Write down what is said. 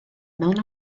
mewn